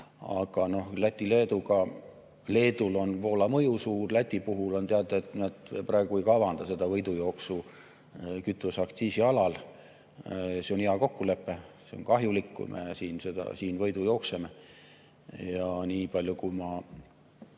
Aga Läti ja Leeduga on nii, et Leedule on Poola mõju suur, Läti puhul on teada, et nad praegu ei kavanda seda võidujooksu kütuseaktsiisi alal. See on hea kokkulepe, see on kahjulik, kui me siin võidu jookseme. Ja nii palju, kui ma